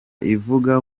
ivuga